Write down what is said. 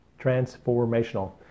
Transformational